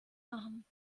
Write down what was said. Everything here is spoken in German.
machen